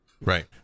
Right